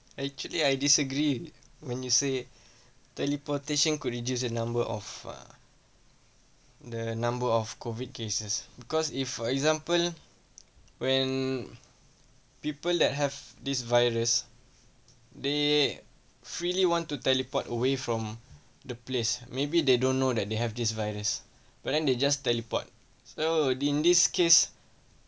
actually I disagree when you say teleportation could reduce the number of ah the number of COVID cases because if for example when people that have this virus they freely want to teleport away from the place maybe they don't know that they have this virus but then they just teleport so in this case